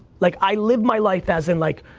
like, i live my life as in like,